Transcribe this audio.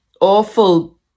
awful